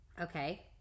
Okay